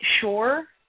sure